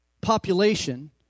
population